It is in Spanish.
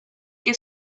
que